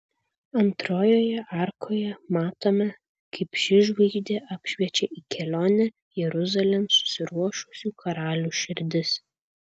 antrojoje arkoje matome kaip ši žvaigždė apšviečia į kelionę jeruzalėn susiruošusių karalių širdis